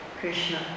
Krishna